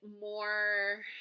more